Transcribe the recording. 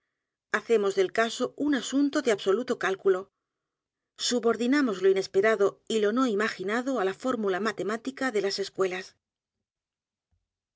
hacemos del acaso un asunto de absoluto cálculo subordinamos lo inesperado y lo no imaginado á la fórmida matemática de las escuelas